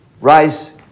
Rise